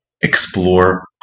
explore